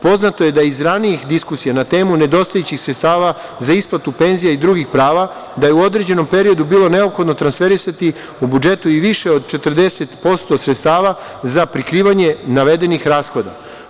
Poznato je da iz ranijih diskusija na temu nedostajućih sredstava za isplatu penzija i drugih prava, da je u određenom periodu bilo neophodno transferisati u budžetu i više od 40% sredstava za prikrivanje navedenih rashoda.